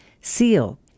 seal